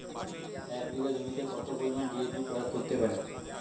এক বিঘা জমিতে কত পরিমান ডি.এ.পি প্রয়োগ করতে পারি?